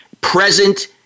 present